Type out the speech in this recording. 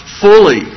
fully